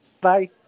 bye